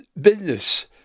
business